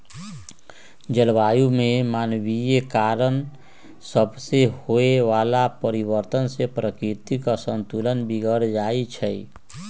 जलवायु में मानवीय कारण सभसे होए वला परिवर्तन से प्राकृतिक असंतुलन बिगर जाइ छइ